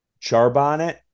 Charbonnet